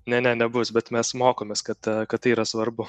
ne ne nebus bet mes mokomės kad kad tai yra svarbu